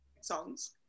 songs